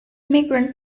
migrant